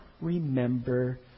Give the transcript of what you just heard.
remember